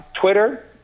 Twitter